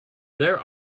there